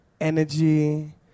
energy